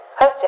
Hosted